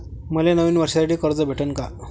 मले नवीन वर्षासाठी कर्ज भेटन का?